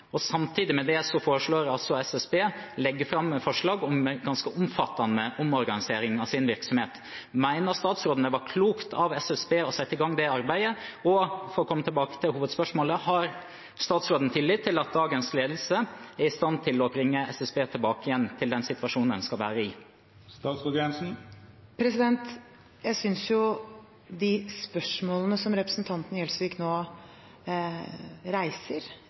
og samtidig med det foreslår altså SSB, ved å legge fram et forslag, en ganske omfattende omorganisering av sin virksomhet. Mener statsråden det var klokt av SSB å sette i gang det arbeidet? Og, for å komme tilbake til hovedspørsmålet, har statsråden tillit til at dagens ledelse er i stand til å bringe SSB tilbake igjen til den situasjonen en skal være i? Jeg synes jo de spørsmålene som representanten Gjelsvik nå reiser,